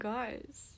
Guys